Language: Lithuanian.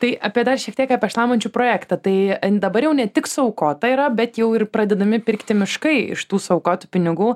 tai apie dar šiek tiek apie šlamančių projektą tai dabar jau ne tik suaukota yra bet jau ir pradedami pirkti miškai iš tų suaukotų pinigų